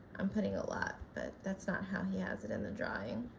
i'm putting a lot but that's not how he has it in the drawing